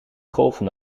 golven